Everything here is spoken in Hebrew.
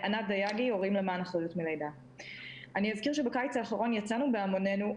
אזכיר שבקיץ האחרון יצאנו בהמונינו,